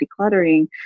decluttering